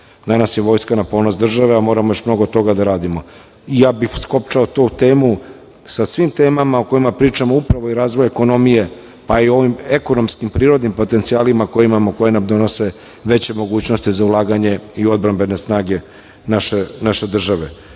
danas je vojska na ponos države i moramo još mnogo toga da radimo i ja bih skopčao tu temu sa svim temama o kojima pričamo upravo oko razvoja ekonomije pa i ovim ekonomskim prirodnim potencijalima koje imamo i koji nam donose veće mogućnosti za ulaganje i odbrambene snage naše države.